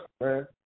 man